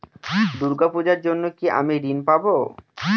দূর্গা পূজার জন্য কি আমি ঋণ পাবো?